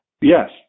Yes